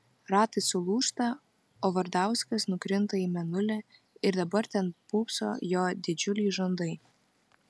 ratai sulūžta o vardauskas nukrinta į mėnulį ir dabar ten pūpso jo didžiuliai žandai